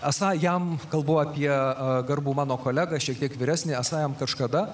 esą jam kalbu apie garbų mano kolegą šiek tiek vyresnį esą jam kažkada